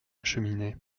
cheminée